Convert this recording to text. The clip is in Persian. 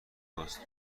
واسه